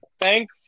Thank